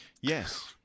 Yes